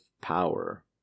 power